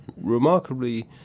remarkably